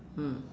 mm